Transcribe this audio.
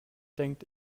denkt